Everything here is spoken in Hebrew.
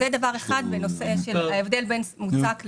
זה דבר אחד באשר להבדל בין מוצק ונוזל.